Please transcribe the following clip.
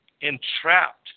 entrapped